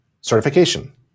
certification